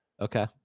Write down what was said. Okay